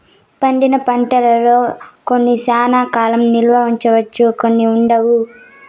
పండిన పంటల్లో కొన్ని శ్యానా కాలం నిల్వ ఉంచవచ్చు కొన్ని ఉండలేవు